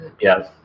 yes